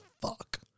fuck